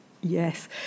Yes